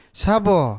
sabo